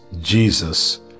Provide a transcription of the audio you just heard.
Jesus